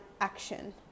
action